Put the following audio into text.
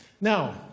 Now